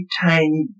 tiny